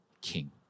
king